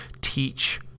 teach